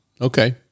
Okay